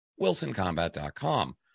wilsoncombat.com